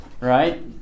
Right